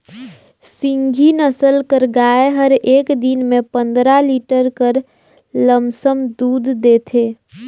सिंघी नसल कर गाय हर एक दिन में पंदरा लीटर कर लमसम दूद देथे